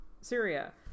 Syria